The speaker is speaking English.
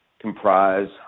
comprise